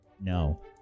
No